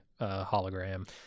hologram